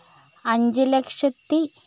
അഞ്ച് ലക്ഷത്തി